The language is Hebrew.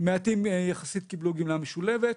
מעטים יחסית קיבלו גמלה משולבת.